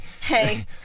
hey